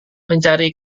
mencari